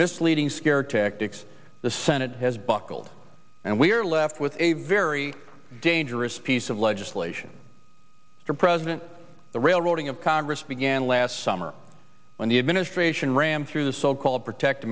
misleading scare tactics the senate has buckled and we are left with a very dangerous piece of legislation for president the railroading of congress began last summer when the administration rammed through the so called protect